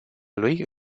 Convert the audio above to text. lui